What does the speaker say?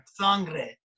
sangre